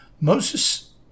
Moses